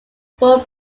burial